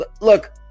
look